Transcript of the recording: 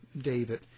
David